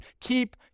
Keep